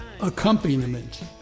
accompaniment